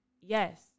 Yes